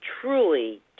truly